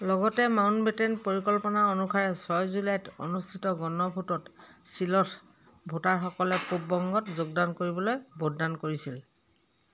লগতে মাউণ্টবেটেন পৰিকল্পনা অনুসাৰে ছয় জুলাইত অনুষ্ঠিত গণভোটত ছিলট ভোটাৰসকলে পূব বংগত যোগদান কৰিবলৈ ভোটদান কৰিছিল